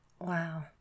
Wow